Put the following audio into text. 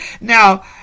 Now